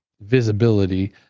visibility